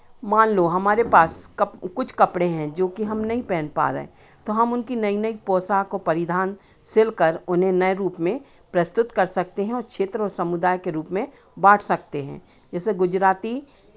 मान लो हमारे पास कुछ कपड़े हैं जोकि हम नहीं पहन पा रहे तो हम उनकी नई नई पोशाक और परिधान सिलकर उन्हें नए रूप में प्रस्तुत कर सकते हैं और क्षेत्र और समुदाय के रूप में बाँट सकते हैं जैसे गुजराती